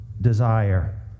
desire